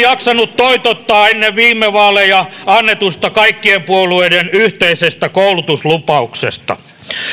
on jaksanut toitottaa ennen viime vaaleja annetusta kaikkien puolueiden yhteisestä koulutuslupauksesta